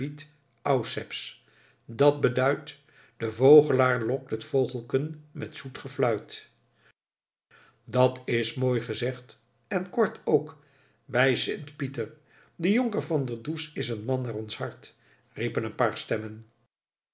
auceps dat beduidt de vogelaar lokt het vogelken met zoet gefluit dat is mooi gezegd en kort ook bij sint pieter die jonker van der does is een man naar ons hart riepen een paar stemmen